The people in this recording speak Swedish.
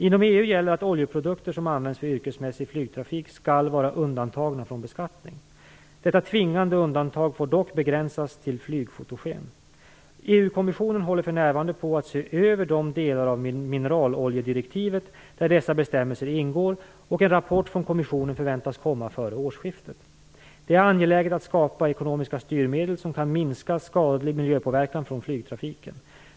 Inom EU gäller att oljeprodukter som används för yrkesmässig flygtrafik skall vara undantagna från beskattning. Detta tvingande undantag får dock begränsas till flygfotogen. EU-kommissionen håller för närvarande på att se över de delar av mineraloljedirektivet där dessa bestämmelser ingår, och en rapport från kommissionen förväntas komma före årsskiftet. Det är angeläget att skapa ekonomiska styrmedel som kan minska skadlig miljöpåverkan från flygtrafiken.